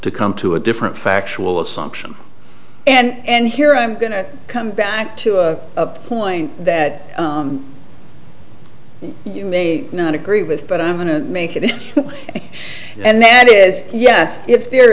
to come to a different factual assumption and here i'm going to come back to a point that you may not agree with but i'm going to make it and that is yes if there